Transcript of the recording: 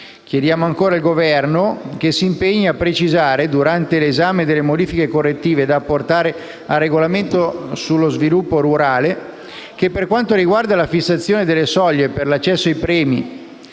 Chiediamo altresì al Governo che si impegni a precisare, durante l'esame delle modifiche correttive da apportare al regolamento sullo sviluppo rurale, che, per quanto riguarda la fissazione delle soglie per l'accesso ai premi